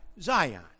Zion